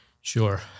Sure